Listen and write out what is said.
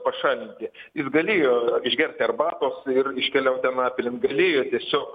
pašalinti jis galėjo išgerti arbatos ir iškeliauti anapilin galėjo tiesiog